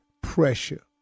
pressure